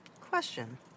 question